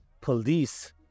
police